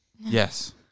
Yes